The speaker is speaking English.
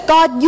God